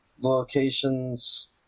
locations